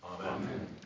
Amen